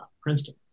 Princeton